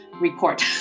report